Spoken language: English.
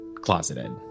closeted